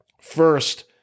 First